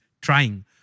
trying